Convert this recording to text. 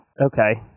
okay